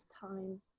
time